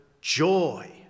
joy